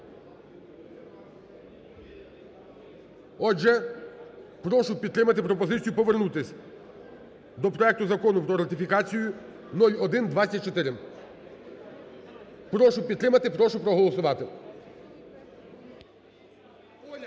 Отже, прошу підтримати пропозицію повернутись до проекту Закону про ратифікацію 0124. Прошу підтримати, прошу проголосувати.